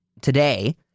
today